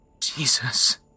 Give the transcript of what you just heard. Jesus